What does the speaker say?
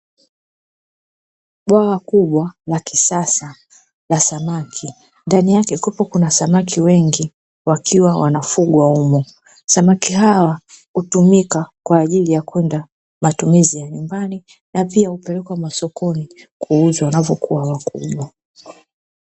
Bwawa kubwa la kisasa la samaki ndani yake kupo kuna samaki wengi wakiwa wanafugwa humo. Samaki hawa hutumika kwa ajili ya kwenda matumizi ya nyumbani na pia hupelekwa masokoni kuuzwa wanavyokua wakubwa.